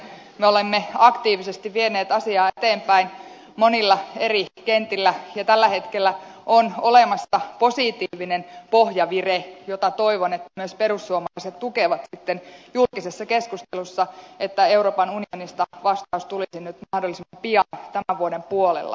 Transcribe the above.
me olemme aktiivisesti vieneet asiaa eteenpäin monilla eri kentillä ja tällä hetkellä on olemassa positiivinen pohjavire jota toivon myös perussuomalaisten tukevan sitten julkisessa keskustelussa että euroopan unionista vastaus tulisi nyt mahdollisimman pian tämän vuoden puolella